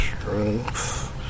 Strength